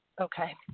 Okay